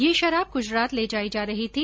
ये शराब गुजरात ले जाई जा रही थी